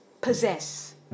possess